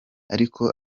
ariko